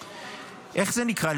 איך זה נקרא?